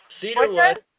Cedarwood